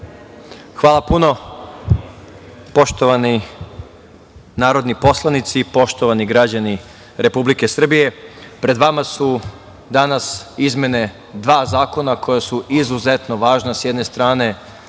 Hvala puno. Poštovani narodni poslanici, poštovani građani Republike Srbije pred vama su danas izmene dva zakona koja su izuzetno važna s jedne strane